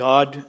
God